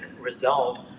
result